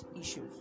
issues